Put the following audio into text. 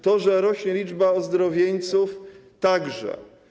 To, że rośnie liczba ozdrowieńców - także.